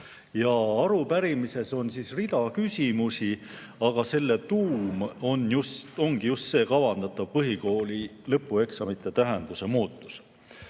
Arupärimises on rida küsimusi, aga selle tuum ongi just see kavandatav põhikooli lõpueksamite tähenduse muutus.